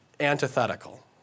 antithetical